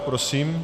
Prosím.